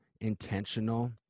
intentional